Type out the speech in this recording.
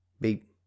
Beep